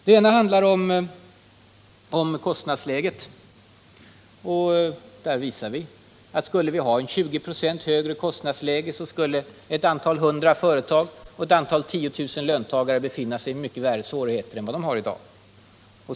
Det ena handlar om kostnadsläget. Där visar vi att om vi skulle ha ett 20 26 högre kostnadsläge skulle många hundra företag och i tiotusental löntagare, befinna sig i mycket värre svårigheter än dem de har i dag.